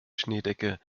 schneedecke